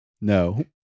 No